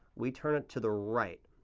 we turn it to the right.